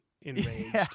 enraged